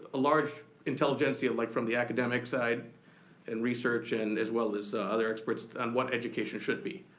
a large intelligentsia like from the academic side and research and as well as other experts on what education should be.